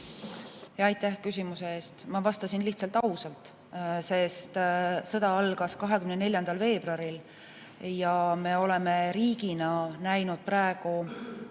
Aitäh küsimuse eest! Ma vastasin lihtsalt ausalt. Sõda algas 24. veebruaril ja me oleme riigina näinud praegu